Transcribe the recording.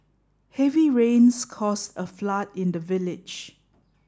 heavy rains cause a flood in the village